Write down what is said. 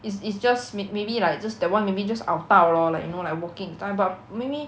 is is just ma~ maybe like just that [one] maybe just 拗到 lor like you know like walking that time but maybe